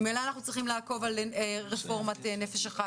ממילא אנחנו צריכים לעקוב אחרי רפורמת נפש אחת,